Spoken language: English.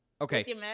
Okay